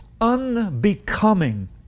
unbecoming